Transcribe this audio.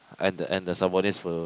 and the and the subordinates will